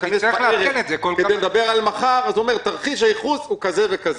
מתעדכן בערב כדי לדבר על מחר אז הוא אומר: תרחיש הייחוס הוא כזה וכזה,